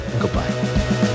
Goodbye